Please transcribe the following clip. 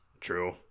True